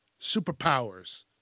Superpowers